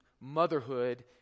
motherhood